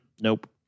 Nope